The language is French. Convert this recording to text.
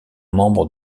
membre